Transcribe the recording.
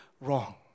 wrong